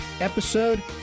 Episode